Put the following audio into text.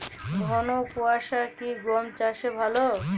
ঘন কোয়াশা কি গম চাষে ভালো?